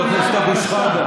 חבל על הזמן שלך.